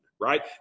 right